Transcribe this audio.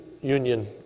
union